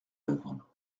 œuvre